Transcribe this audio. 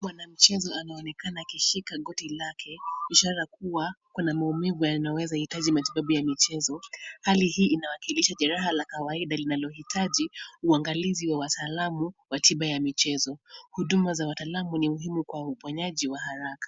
Mwanamchezo anaonekana akishika goti lake ishara kuwa kuna maumivu inayoweza kuhitaji matibabu ya michezo. Hali hii inawakilisha jeraha la kawaida linalohitaji uangalizi wa wataalamu wa tiba ya michezo. Huduma za wataalamu ni muhimu kwa uponaji wa haraka.